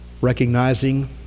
Recognizing